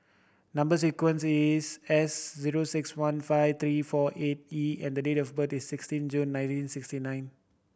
number sequence is S zero six one five three four eight E and date of birth is sixteen June nineteen sixty nine